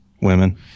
women